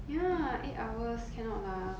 ya eight hours cannot lah